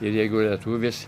ir jeigu lietuvis